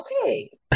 Okay